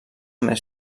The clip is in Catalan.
més